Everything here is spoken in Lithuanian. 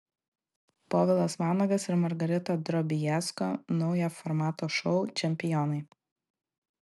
povilas vanagas ir margarita drobiazko naujo formato šou čempionai